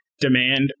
demand